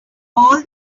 all